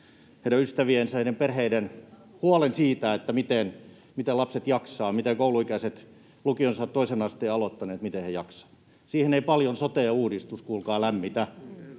heidän ystäviensä ja heidän perheidensä huolen siitä, miten lapset jaksavat, miten kouluikäiset, lukion, toisen asteen, aloittaneet jaksavat. Siinä ei sote-uudistus kuulkaa paljon